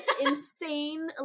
insane